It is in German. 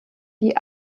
die